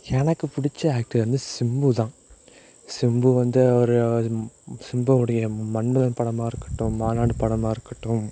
எனக்கு பிடிச்ச ஆக்டர் வந்து சிம்புதான் சிம்பு வந்து அவர் சிம்பு உடைய மன்மதன் படமாக இருக்கட்டும் மாநாடு படமாக இருக்கட்டும்